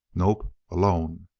nope alone.